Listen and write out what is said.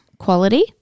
quality